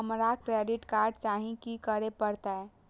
हमरा credit card चाही की करे परतै?